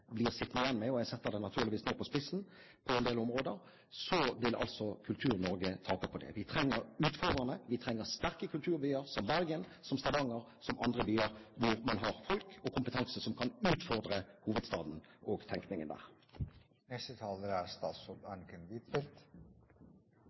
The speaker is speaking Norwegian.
blir sittende igjen med – og jeg setter det naturligvis nå på spissen på en del områder – vil Kultur-Norge tape på det. Vi trenger utfordrerne, vi trenger sterke kulturbyer som Bergen, Stavanger og andre byer, hvor man har folk og kompetanse som kan utfordre hovedstaden og tenkningen